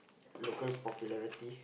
local popularity